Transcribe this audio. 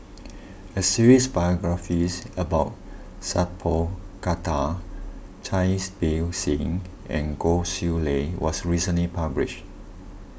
a series biographies about Sat Pal Khattar Cai Bixia and Goh Chiew Lye was recently published